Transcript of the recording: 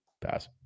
pass